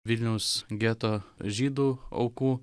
vilniaus geto žydų aukų